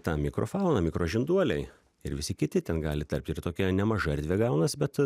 ta mikrofauna mikrožinduoliai ir visi kiti ten gali tarpti ir tokia nemaža erdvė gaunas bet